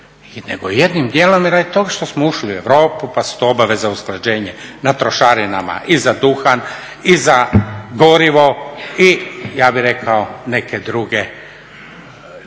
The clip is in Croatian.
nego jednim dijelom i radi toga što smo ušli u Europi, pa su to obaveze usklađenje na trošarinama i za duhan i za gorivo i ja bih rekao neke druge